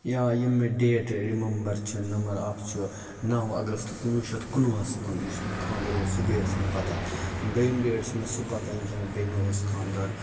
یا یِم مےٚ ڈیٹ رِمَمبَر چھِ نَمبر اَکھ چھُ نَو اَگستہٕ کُنوُہ شَتھ کُنوُہَس منٛز یُس مےٚ خاندَر اوس سُہ ڈیٹ چھِ مےٚ پَتہ دٔیِم ڈیٹ چھِ مےٚ سُہ پَتہ ییٚمہِ ساتہٕ مےٚ بیٚنہِ اوس خاندَر